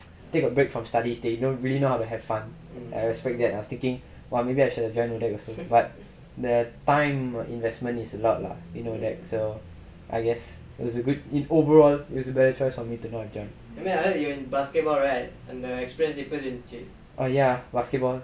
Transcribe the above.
take a break from studies they really know how to have fun I respect that I was thinking !wah! maybe I should join ODAC also but the time investment is a lot so I guess it's a good overall it's a better choice for me to not join err ya basketball